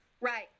Right